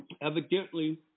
Evidently